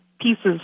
pieces